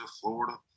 Florida